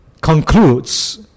concludes